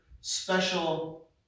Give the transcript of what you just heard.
special